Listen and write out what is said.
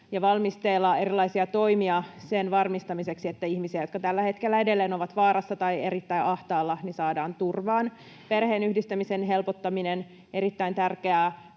ja valmisteilla erilaisia toimia sen varmistamiseksi, että ihmisiä, jotka tällä hetkellä edelleen ovat vaarassa tai erittäin ahtaalla, saadaan turvaan. Perheenyhdistämisen helpottaminen, erittäin tärkeää.